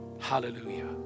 Hallelujah